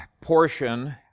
portion